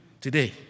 today